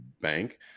bank